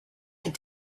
had